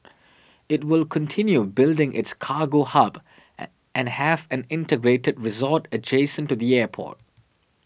it will continue building its cargo hub and have an integrated resort adjacent to the airport